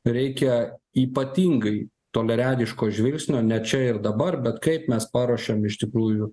reikia ypatingai toliaregiško žvilgsnio ne čia ir dabar bet kaip mes paruošėm iš tikrųjų